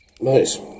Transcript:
Nice